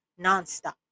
nonstop